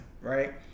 right